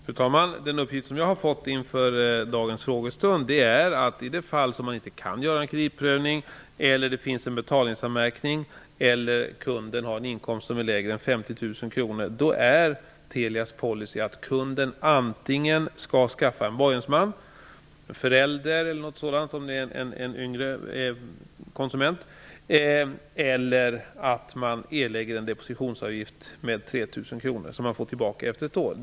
Fru talman! Inför dagens frågestund har jag fått följande uppgifter. I de fall där man inte kan göra en kreditprövning eller det finns en betalningsanmärkning eller kundens inkomst är lägre än 50 000 kr är Telias policy att kunden antingen skall skaffa en borgensman, förälder om det är en yngre konsument, eller erlägga en depositionsavgift på 3 000 kr, som kunden får tillbaka efter ett år.